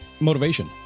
motivation